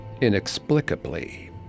inexplicably